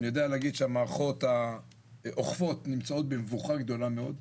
אני יודע להגיד שהמערכות האוכפות נמצאות במבוכה גדולה מאוד,